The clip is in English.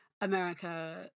America